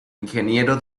ingeniero